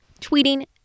tweeting